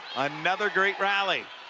another great rally.